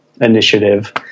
initiative